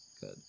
Good